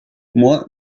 moi